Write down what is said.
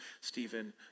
Stephen